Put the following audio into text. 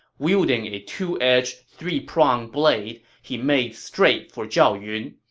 wielding a two-edged, three-pronged blade, he made straight for zhao yun.